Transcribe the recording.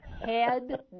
Head